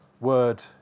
word